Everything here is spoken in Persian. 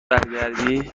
برگردی